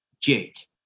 Jake